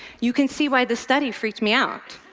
you can see why this study freaked me out.